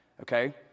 Okay